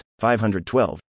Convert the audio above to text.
512